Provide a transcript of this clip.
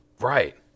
Right